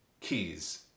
keys